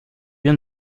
bien